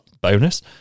bonus